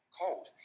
cold